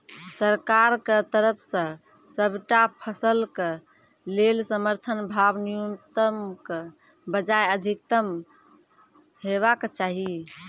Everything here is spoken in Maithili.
सरकारक तरफ सॅ सबटा फसलक लेल समर्थन भाव न्यूनतमक बजाय अधिकतम हेवाक चाही?